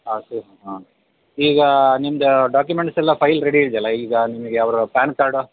ಹಾಂ ಸರಿ ಹಾಂ ಈಗ ನಿಮ್ಮದು ಡಾಕ್ಯುಮೆಂಟ್ಸ್ ಎಲ್ಲ ಫೈಲ್ ರೆಡಿ ಇದೆಯಲ್ಲ ಈಗ ನಿಮಗೆ ಅವರ ಪ್ಯಾನ್ ಕಾರ್ಡ್